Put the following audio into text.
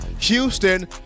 Houston